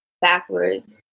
backwards